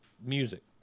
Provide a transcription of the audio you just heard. music